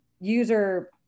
user